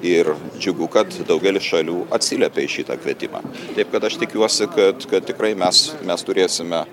ir džiugu kad daugelis šalių atsiliepė į šitą kvietimą taip kad aš tikiuosi kad kad tikrai mes mes turėsime